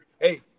Hey